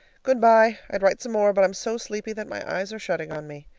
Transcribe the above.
good-by. i'd write some more, but i'm so sleepy that my eyes are shutting on me.